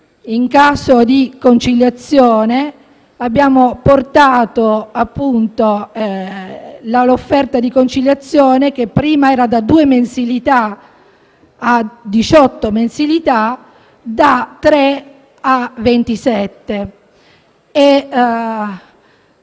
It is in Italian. in caso di conciliazione e abbiamo portato l'offerta di conciliazione, che prima era da 2 a 18 mensilità, a da 3 a 27